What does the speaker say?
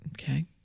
Okay